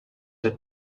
had